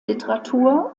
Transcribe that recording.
literatur